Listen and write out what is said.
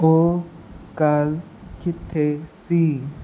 ਉਹ ਕੱਲ੍ਹ ਕਿੱਥੇ ਸੀ